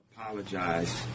apologize